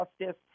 justice